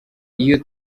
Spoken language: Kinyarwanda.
iyo